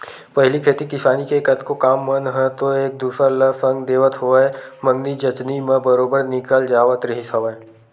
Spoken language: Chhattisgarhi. पहिली खेती किसानी के कतको काम मन ह तो एक दूसर ल संग देवत होवय मंगनी जचनी म बरोबर निकल जावत रिहिस हवय